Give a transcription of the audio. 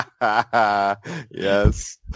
Yes